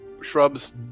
shrubs